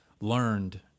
learned